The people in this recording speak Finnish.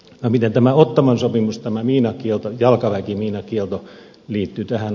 no miten tämä ottawan sopimus miinakielto jalkaväkimiinakielto liittyy tähän